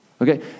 Okay